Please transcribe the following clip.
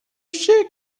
sait